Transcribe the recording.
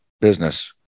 business